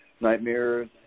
nightmares